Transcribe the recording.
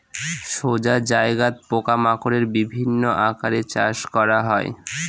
সোজা জায়গাত পোকা মাকড়ের বিভিন্ন আকারে চাষ করা হয়